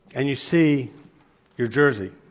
and you see your jersey.